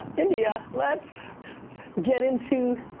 india, let's get into,